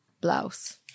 blouse